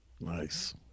nice